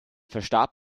verstarb